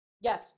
Yes